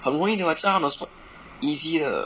很容易的 [what] 教他 on the spot easy 的